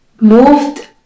moved